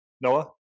Noah